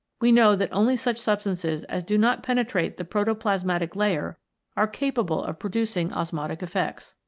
we know that only such substances as do not pene trate the protoplasmatic layer are capable of pro ducing osmotic effects.